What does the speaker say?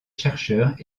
chercheurs